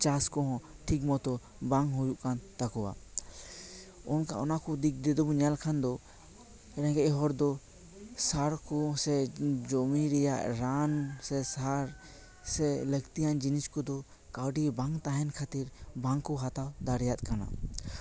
ᱪᱟᱥ ᱠᱚᱦᱚᱸ ᱴᱷᱤᱠ ᱢᱚᱛᱚ ᱵᱟᱝ ᱦᱩᱭᱩᱜ ᱠᱟᱱᱛᱟᱠᱚᱣᱟ ᱚᱱᱠᱟ ᱚᱱᱟ ᱠᱚ ᱫᱤᱠ ᱫᱤᱭᱮ ᱵᱚᱱ ᱧᱮᱞ ᱠᱷᱟᱡ ᱫᱚ ᱨᱮᱸᱜᱮᱡ ᱦᱚᱲ ᱫᱚ ᱥᱟᱨ ᱠᱚᱥᱮ ᱡᱚᱢᱤ ᱨᱮᱭᱟᱜ ᱨᱟᱱ ᱥᱮ ᱥᱟᱨ ᱥᱮ ᱞᱟᱹᱠᱛᱤᱭᱟᱱ ᱡᱤᱱᱤᱥ ᱠᱚᱫᱚ ᱠᱟᱹᱣᱰᱤ ᱵᱟᱝ ᱛᱟᱦᱮᱱ ᱠᱷᱟᱹᱛᱤᱨ ᱵᱟᱝ ᱠᱚ ᱦᱟᱛᱟᱣ ᱫᱟᱲᱮᱭᱟᱜ ᱠᱟᱱᱟ